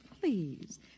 please